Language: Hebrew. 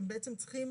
הם צריכים